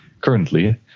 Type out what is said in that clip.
currently